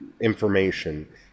information